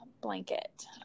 blanket